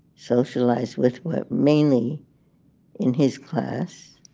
socialized with were mainly in his class.